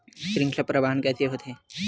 श्रृंखला परिवाहन कइसे होथे?